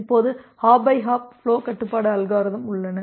இப்போது hop by hop flow கட்டுப்பாட்டு algorithm உள்ளன